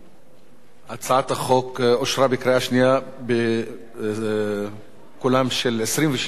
הצעת החוק אושרה בקריאה שנייה בקולם של 22 חברי כנסת,